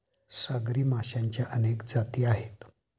सागरी माशांच्या अनेक जाती आहेत